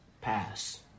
Pass